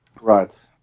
Right